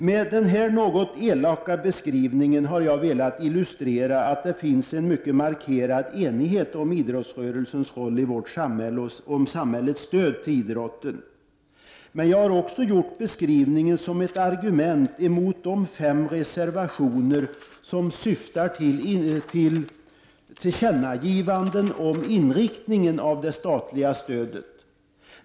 Med den här något elaka beskrivningen har jag velat illustrera att det finns en mycket markerad enighet om idrottsrörelsens roll i vårt samhälle och om samhällets stöd till idrotten. Jag har också gjort beskrivningen som ett argument mot de fem reservationer som syftar till tillkännagivanden om inrikt ningen av det statliga stödet.